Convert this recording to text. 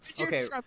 okay